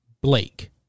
Blake